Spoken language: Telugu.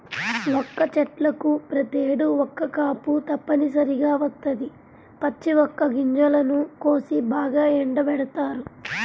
వక్క చెట్లకు ప్రతేడు ఒక్క కాపు తప్పనిసరిగా వత్తది, పచ్చి వక్క గింజలను కోసి బాగా ఎండబెడతారు